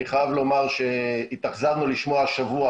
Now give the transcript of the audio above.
אני חייב לומר שהתאכזבו לשמוע השבוע